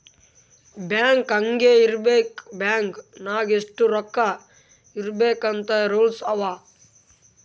bank ಹ್ಯಾಂಗ್ ಇರ್ಬೇಕ್ bank ನಾಗ್ ಎಷ್ಟ ರೊಕ್ಕಾ ಇರ್ಬೇಕ್ ಅಂತ್ ರೂಲ್ಸ್ ಅವಾ